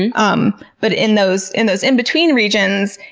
and um but in those in those in-between regions,